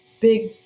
big